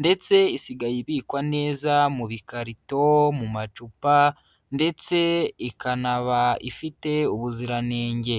ndetse isigaye ibikwa neza mu bikarito, mu macupa ndetse ikanaba ifite ubuziranenge.